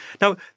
Now